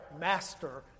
master